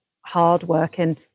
hardworking